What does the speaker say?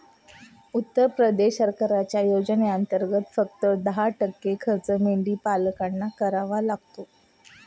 उत्तर प्रदेश सरकारच्या योजनेंतर्गत, फक्त दहा टक्के खर्च मेंढीपालकांना करावा लागतो